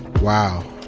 wow.